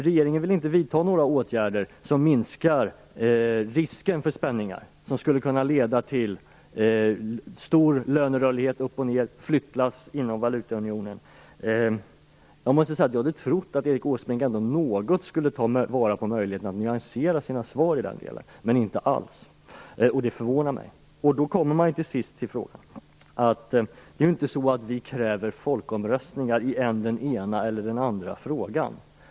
Regeringen vill inte vidta några åtgärder som minskar risken för spänningar som skulle kunna leda till stor lönerörlighet upp och ned och till flyttlass inom valutaunionen. Jag måste säga att jag hade trott att Erik Åsbrink ändå något skulle ta vara på möjligheten att nyansera sina svar i den delen. Det har han inte alls gjort, och det förvånar mig. Då kommer man till sist till frågan. Det är inte så att vi kräver folkomröstningar i än den ena än den andra frågan.